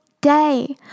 day